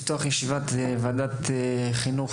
אני מתכבד לפתוח ישיבת ועדת החינוך,